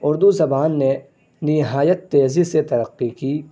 اردو زبان نے نہایت تیزی سے ترقی کی